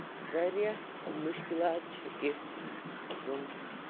واریاہ مُشکِلات چھِ یِتھ یِم